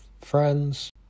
friends